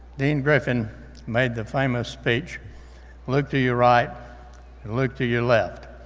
dean griffin made the famous speech look to your right, and look to your left.